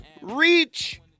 reach